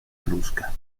crusca